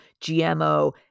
GMO